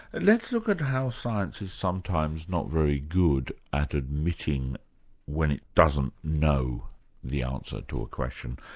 let's look at how science is sometimes not very good at admitting when it doesn't know the answer to a question.